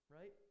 right